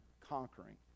conquering